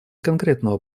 конкретного